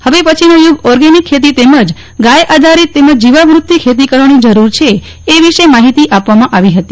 હવે પચ્યીનો યુગ ઓગેનિક ખેતી તેમજ ગાય આધારિત તેમજ જીવામૃત થી ખેતી કરવાની જરૂર છે એ વિષે માહિતી આપવામાં આવી હતી